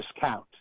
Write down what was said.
discount